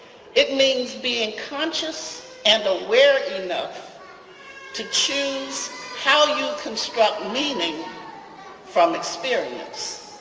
it means being conscious and aware enough to choose how you construct meaning from experience.